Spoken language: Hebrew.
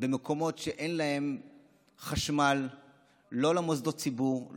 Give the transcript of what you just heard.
במקומות שאין להם חשמל לא למוסדות ציבור,